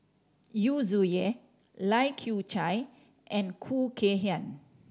Yu Zhuye Lai Kew Chai and Khoo Kay Hian